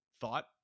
thought